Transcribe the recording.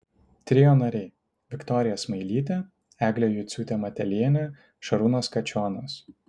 trio nariai viktorija smailytė eglė juciūtė matelienė šarūnas kačionas